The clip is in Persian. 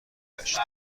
گشت